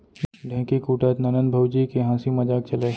ढेंकी कूटत ननंद भउजी के हांसी मजाक चलय